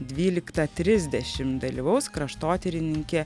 dvyliktą trisdešimt dalyvaus kraštotyrininkė